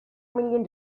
million